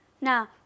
Now